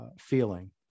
feeling